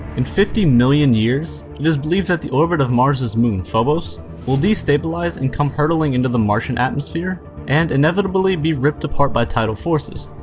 in fifty million years, it is believed that the orbit of mars's moon phobos will destabilize and come hurtling into the martian atmosphere and inevitably be ripped apart by tidal forces.